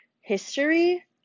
history